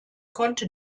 konnte